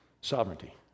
sovereignty